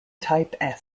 type